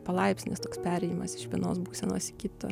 palaipsnis perėjimas iš vienos būsenos į kitą